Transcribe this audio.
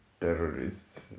terrorists